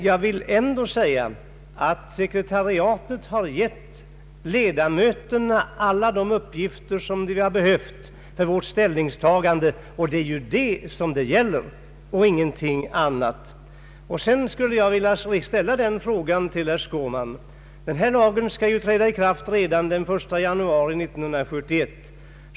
Jag vill ändå säga att sekretariatet har gett ledamöterna alla uppgifter som vi har behövt för vårt ställningstagande, och det är ju det viktigaste i detta sammanhang. Jag skulle vilja ställa en fråga till herr Skårman. Denna lag skall träda i kraft redan den 1 januari 1971.